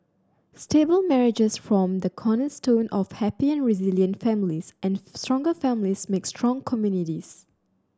stable marriages form the cornerstone of happy and resilient families and strong families make strong communities